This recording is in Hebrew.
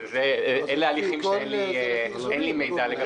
אלה הליכים שאין לי מידע לגביהם.